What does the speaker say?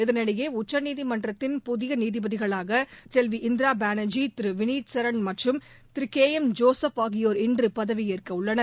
இதனிடையே உச்சநீதிமன்றத்தின் புதிய நீதிபதிகளாக செல்வி இந்திரா பானா்ஜி திரு வினித் சரண் மற்றும் திரு கே எம் ஜோசப் ஆகியோர் இன்று பதவியேற்க உள்ளனர்